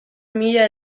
mila